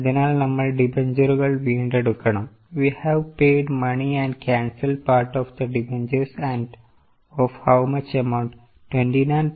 അതിനാൽ നമ്മൾ ഡിബൻജറുകൾവീണ്ടെടുക്കണം we have paid money and cancelled part of the debentures of how much amount 29000 which is a difference